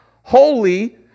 holy